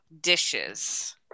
dishes